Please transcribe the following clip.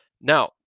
Now